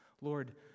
Lord